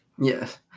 Yes